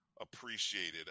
appreciated